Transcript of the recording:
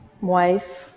wife